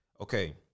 okay